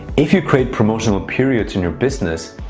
if you create promotional periods in your business,